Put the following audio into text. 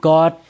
God